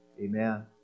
Amen